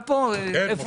בגלל שהוא